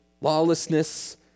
lawlessness